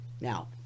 Now